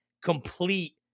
complete